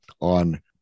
on